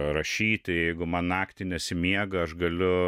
rašyti jeigu man naktį nesimiega aš galiu